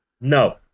no